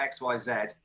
XYZ